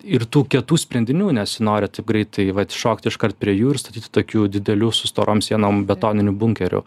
ir tų kietų sprendinių nesinori taip greitai vat šokt iškart prie jų ir statyti tokių didelių su storom sienom betoninių bunkerių